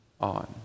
on